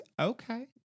Okay